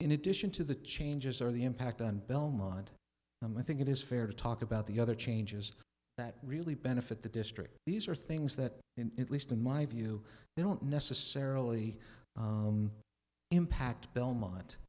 in addition to the changes or the impact on belmont and i think it is fair to talk about the other changes that really benefit the district these are things that in least in my view they don't necessarily impact belmont